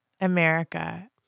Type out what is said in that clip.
america